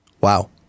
Wow